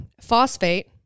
phosphate